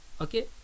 Okay